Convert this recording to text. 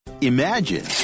Imagine